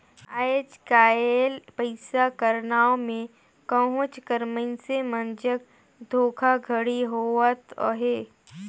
आएज काएल पइसा कर नांव में कहोंच कर मइनसे मन जग धोखाघड़ी होवत अहे